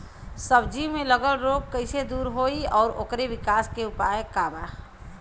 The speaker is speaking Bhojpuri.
सब्जी में लगल रोग के कइसे दूर होयी और ओकरे विकास के उपाय का बा?